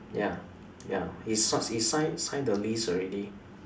ya ya he sign he sign sign the lease already